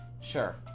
Sure